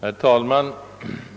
Herr talman!